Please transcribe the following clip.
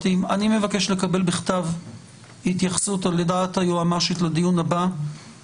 בבקשה לקבל בכתב לדיון הבא התייחסות על דעת היועמ"שית לגבי